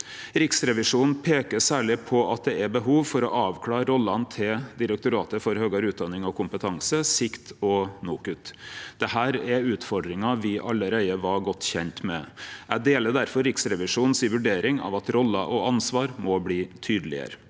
Riksrevisjonen peikar særleg på at det er behov for å avklare rollene til Direktoratet for høgare utdanning og kompetanse, Sikt og NOKUT. Dette er utfordringar me allereie var godt kjende med. Eg deler difor Riksrevisjonens vurdering av at roller og ansvar må bli tydelegare.